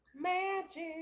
magic